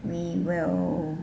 we will